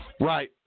Right